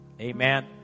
Amen